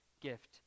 gift